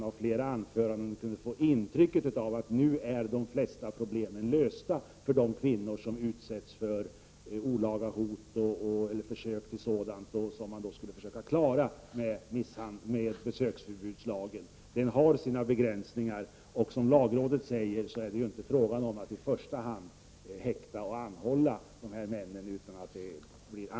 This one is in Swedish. Av flera anföranden här kunde man få intrycket att de flesta problem med besöksförbudslagen nu skulle vara lösta för de kvinnor som utsätts för olaga hot eller försök till olaga hot. Den lagen har fortfarande sina begränsningar. Som lagrådet sade är det ju inte i första hand en fråga om att häkta och anhålla dessa män.